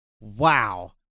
wow